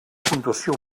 puntuació